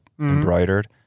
embroidered